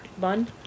bun